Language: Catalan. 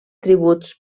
tribut